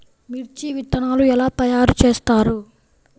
మిర్చి విత్తనాలు ఎలా తయారు చేస్తారు?